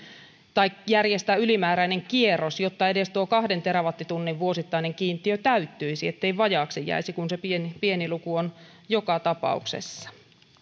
tai järjestää ylimääräinen kierros jotta edes tuo kahden terawattitunnin vuosittainen kiintiö täyttyisi ettei vajaaksi jäisi kun se pieni pieni luku on joka tapauksessa